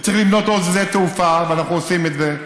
וצריך לבנות עוד שדה תעופה, ואנחנו עושים את זה,